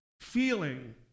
feeling